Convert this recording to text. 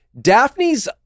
Daphne's